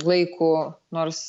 laiku nors